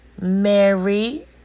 Mary